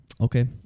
Okay